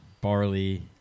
barley